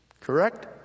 correct